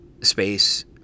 space